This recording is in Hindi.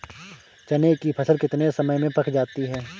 चने की फसल कितने समय में पक जाती है?